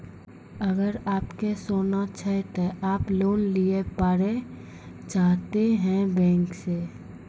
अगर आप के सोना छै ते आप लोन लिए पारे चाहते हैं बैंक से?